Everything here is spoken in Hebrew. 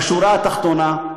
בשורה התחתונה,